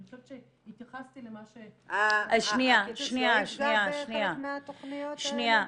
אני חושבת שהתייחסתי למה ש- - הקיצוץ גם נחשב חלק מהתכניות האלה?